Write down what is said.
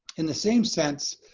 in the same sense,